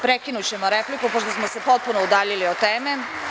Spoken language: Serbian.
Prekinućemo repliku pošto smo se potpuno udaljili od teme.